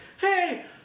hey